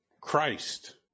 Christ